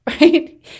right